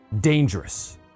dangerous